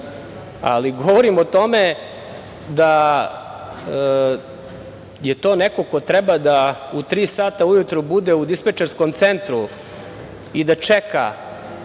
ali govorim o tome da je to neko ko treba da u tri sata ujutru bude u dispečerskom centru i da čeka